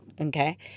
okay